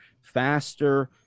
faster